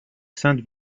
sainte